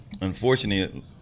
unfortunately